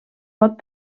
pot